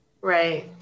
Right